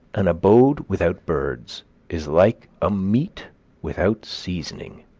an abode without birds is like a meat without seasoning.